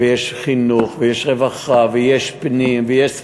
ויש חינוך, ויש רווחה, ויש פנים, ויש ספורט,